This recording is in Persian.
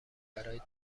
برای